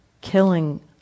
killing